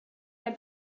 had